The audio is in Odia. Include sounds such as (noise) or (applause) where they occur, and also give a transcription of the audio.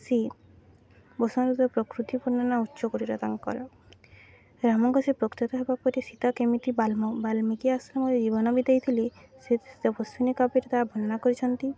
ସି ବସନ୍ତ ଋତୁରେ ପ୍ରକୃତି ବର୍ଣ୍ଣନା ଉଚ୍ଚକୋଟୀର ତାଙ୍କର ରାମଙ୍କ (unintelligible) ହେବା ପରେ ସୀତା କେମିତି ବାଲ୍ମିକୀ ଆଶ୍ରମରେ ଜୀବନ ବିିତେଇଥିଲେ ସେ ତପସ୍ୱିନୀ କାବ୍ୟରେ ତା ବର୍ଣ୍ଣନା କରିଛନ୍ତି